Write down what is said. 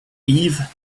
eve